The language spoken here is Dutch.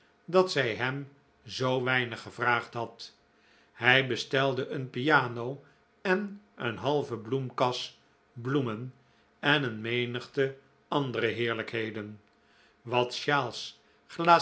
dat zij hem zoo weinig gevraagd had hij bestelde een piano en een halve bloemkas bloemen en een menigte andere heerlijkheden wat sjaals glace